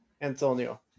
Antonio